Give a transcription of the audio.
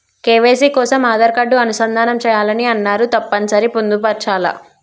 KYC కోసం Aadhaar card అనుసంధానం చేయాలని అన్నరు తప్పని సరి పొందుపరచాలా?